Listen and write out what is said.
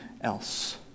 else